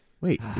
Wait